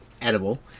edible